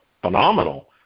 Phenomenal